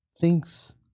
thinks